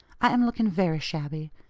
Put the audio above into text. i am looking very shabby.